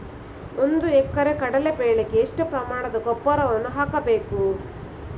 ಒಂದು ಎಕರೆ ಕಡಲೆ ಬೆಳೆಗೆ ಎಷ್ಟು ಪ್ರಮಾಣದ ಗೊಬ್ಬರವನ್ನು ಹಾಕಬೇಕು?